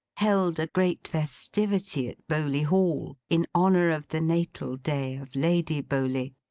held a great festivity at bowley hall, in honour of the natal day of lady bowley.